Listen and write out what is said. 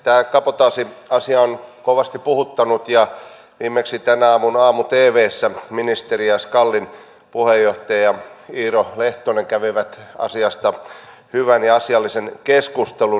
tämä kabotaasiasia on kovasti puhuttanut ja viimeksi tämän aamun aamu tvssä ministeri ja skalin puheenjohtaja iiro lehtonen kävivät asiasta hyvän ja asiallisen keskustelun